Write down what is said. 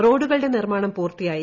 റോഡുകളുടെ നിർമാണം പൂർത്തിയായി